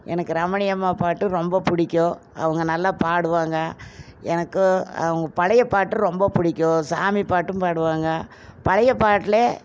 எனக்கு ரமணி அம்மா பாட்டு ரொம்ப பிடிக்கும் அவங்க நல்லா பாடுவாங்க எனக்கும் அவங்க பழைய பாட்டு ரொம்ப பிடிக்கும் சாமி பாட்டும் பாடுவாங்க பழைய பாட்டில்